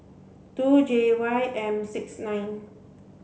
two J Y M six nine